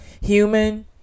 human